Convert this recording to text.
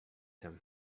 him